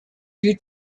due